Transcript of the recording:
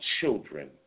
children